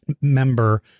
member